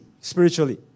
spiritually